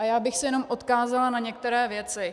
Já bych se jenom odkázala na některé věci.